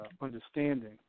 understanding